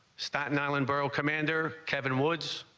staten island borough commander kevin woods.